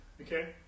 okay